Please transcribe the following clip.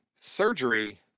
surgery